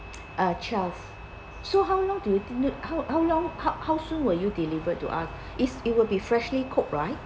uh twelve so how long do you how how long how how soon will you delivered to us is it will be freshly cooked right